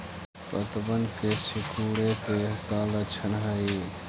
पत्तबन के सिकुड़े के का लक्षण हई?